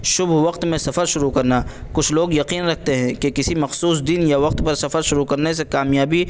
شبھ وقت میں سفر شروع کرنا کچھ لوگ یقین رکھتے ہیں کہ کسی مخصوص دن یا وقت پر سفر شروع کرنے سے کامیابی